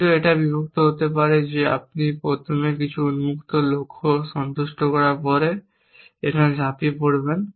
কিন্তু এটা বিভক্ত হতে পারে যে আপনি প্রথমে কিছু উন্মুক্ত লক্ষ্য সন্তুষ্ট করার পরে এখানে ঝাঁপিয়ে পড়বেন